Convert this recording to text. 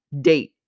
date